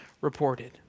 reported